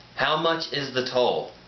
how much is the toll?